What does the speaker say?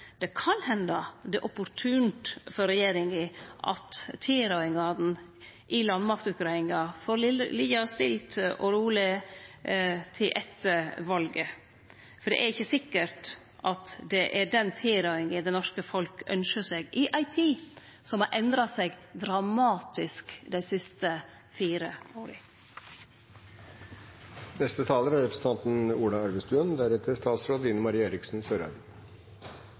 Det kan hende at det er opportunt for regjeringa at tilrådingane i landmaktutgreiinga får liggje stille og roleg til etter valet, for det er ikkje sikkert at det er den tilrådinga det norske folket ynskjer seg i ei tid som har endra seg dramatisk dei siste fire åra. Beslutningen om den norske landmakten er